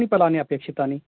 कानि फलानि अपेक्षितानि